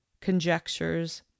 conjectures